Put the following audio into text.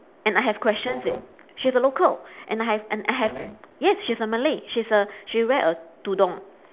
and I have questions she's a local and I have and I have yes she's a malay she's a she wear a tudung